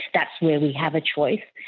that's where we have a choice.